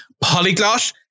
polyglot